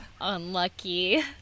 Unlucky